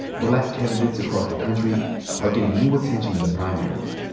black candidates across the country are getting new attention in the primaries.